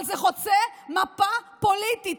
אבל זה חוצה מפה פוליטית.